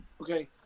okay